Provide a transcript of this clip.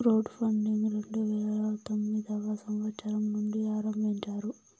crowd funding రెండు వేల తొమ్మిదవ సంవచ్చరం నుండి ఆరంభించారు